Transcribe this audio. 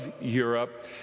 Europe